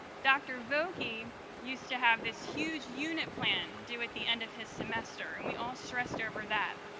dr. vocke used to have this huge unit plan due at the end of his semester and we all stressed over that.